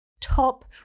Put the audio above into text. top